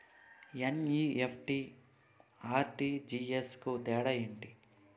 NEFT, RTGS కు తేడా ఏంటి?